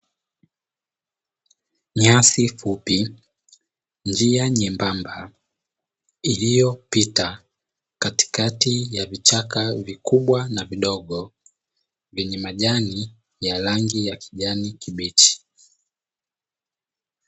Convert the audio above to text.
Nyasi fupi njia nyembamba iliyopita katikati ya vichaka vikubwa na vidogo vyenye majani ya rangi ya kijani kibichi.